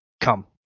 Come